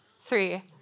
three